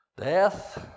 death